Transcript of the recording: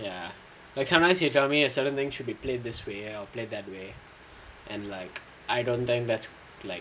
ya like sometimes you tell me a certain thing should be played this way or played that way and like I don't think that like